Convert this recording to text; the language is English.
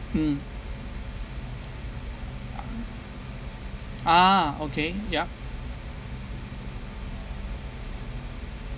mm ah okay yup